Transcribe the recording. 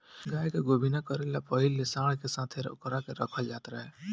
गाय के गोभिना करे ला पाहिले सांड के संघे ओकरा के रखल जात रहे